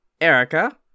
Erica